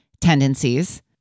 tendencies